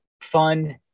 fun